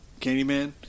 Candyman